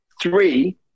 three